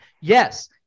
Yes